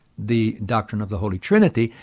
the doctrine of the holy trinity,